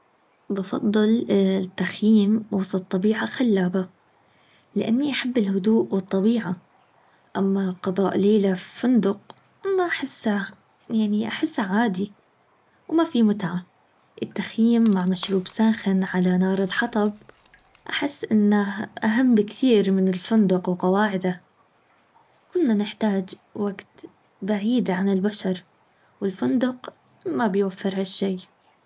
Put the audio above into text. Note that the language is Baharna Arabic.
بفضل التخييم وسط طبيعه خلابه لاني احب الهدوء والطبيعه اما قضاء ليله في فندقرما احسه يعني احسه عادي وما في متعه التخييم مع مشروب ساخن علي نار الحطب احس انه اهم بكثير من الفندق وقواعدهوكلنا بنحتاج وقت بعيد عن البشر والفندق ما بيوفر هالشي